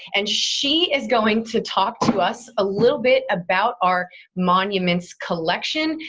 and she is going to talk to us a little bit about our monuments collection.